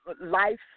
life